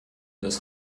des